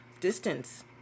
distance